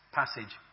passage